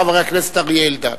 חבר הכנסת אריה אלדד.